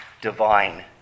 divine